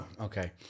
Okay